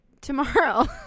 tomorrow